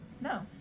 No